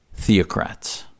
theocrats